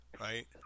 right